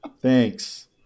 Thanks